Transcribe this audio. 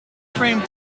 framed